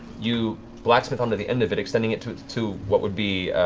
you blacksmith onto the end of it, extending it to it to what would be